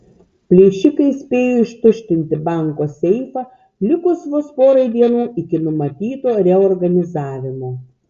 plėšikai spėjo ištuštinti banko seifą likus vos porai dienų iki numatyto reorganizavimo